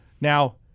Now